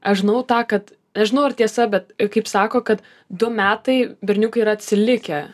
aš žinau tą kad nežinau ar tiesa bet kaip sako kad du metai berniukai yra atsilikę